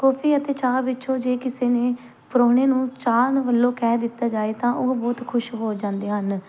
coffee ਅਤੇ ਚਾਹ ਵਿੱਚੋਂ ਜੇ ਕਿਸੇ ਨੇ ਪਰਾਹੁਣੇ ਨੂੰ ਚਾਹ ਵੱਲੋਂ ਕਹਿ ਦਿੱਤਾ ਜਾਵੇ ਤਾਂ ਉਹ ਬਹੁਤ ਖੁਸ਼ ਹੋ ਜਾਂਦੇ ਹਨ